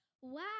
Wow